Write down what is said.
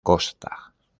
costa